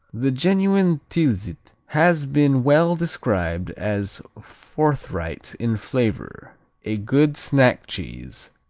the genuine tilsit has been well described as forthright in flavor a good snack cheese,